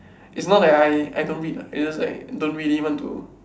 it's not that I I don't read lah it's just like don't need even to